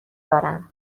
دارم